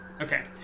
okay